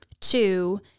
Two